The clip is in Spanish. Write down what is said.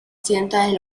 occidentales